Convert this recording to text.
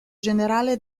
generale